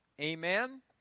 Amen